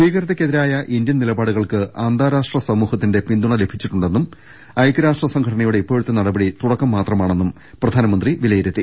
ഭീകരത ക്കെതിരായ ഇന്ത്യൻ നിലപാടുകൾക്ക് അന്താരാഷ്ട്ര സമൂഹത്തിന്റെ പിന്തുണ ലഭിച്ചിട്ടുണ്ടെന്നും ഐക്യരാഷ്ട്ര സംഘടനയുടെ ഇപ്പോഴത്തെ നടപടി തുടക്കം മാത്രമാണെന്നും പ്രധാനമന്ത്രി വിലയിരുത്തി